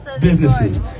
businesses